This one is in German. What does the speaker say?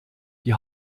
die